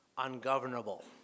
ungovernable